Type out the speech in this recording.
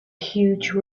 huge